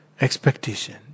expectation